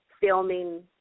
filming